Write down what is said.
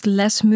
less